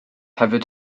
hefyd